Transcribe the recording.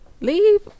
leave